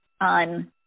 on